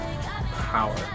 Power